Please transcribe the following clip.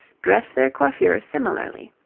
dress their coiffures similarly.